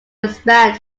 expand